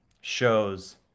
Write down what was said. shows